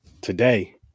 today